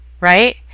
right